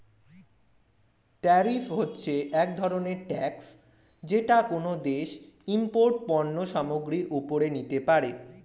tariff হচ্ছে এক ধরনের ট্যাক্স যেটা কোনো দেশ ইমপোর্টেড পণ্য সামগ্রীর ওপরে নিতে পারে